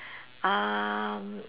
um